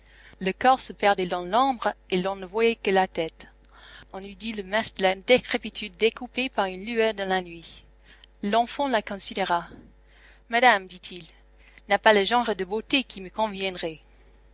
le corps se perdait dans l'ombre et l'on ne voyait que la tête on eût dit le masque de la décrépitude découpé par une lueur dans la nuit l'enfant la considéra madame dit-il n'a pas le genre de beauté qui me conviendrait